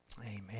Amen